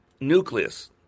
nucleus